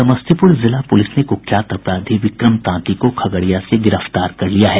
समस्तीपूर जिला पूलिस ने कुख्यात अपराधी विक्रम तांती को खगड़िया से गिरफ्तार कर लिया है